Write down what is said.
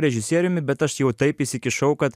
režisieriumi bet aš jau taip įsikišau kad